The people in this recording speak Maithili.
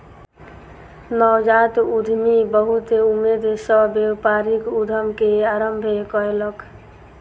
नवजात उद्यमी बहुत उमेद सॅ व्यापारिक उद्यम के आरम्भ कयलक